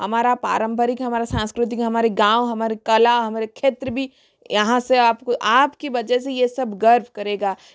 हमारा पारम्परिक हमारा सांस्कृतिक हमारे गाँव हमारा कला हमारे क्षेत्र भी यहाँ से आपको आपकी वजह से यह सब गर्व करेगा